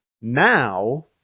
Now